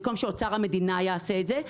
במקום שאוצר המדינה יעשה את זה,